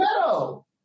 meadow